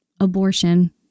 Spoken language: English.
Abortion